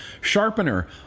sharpener